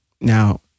Now